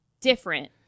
different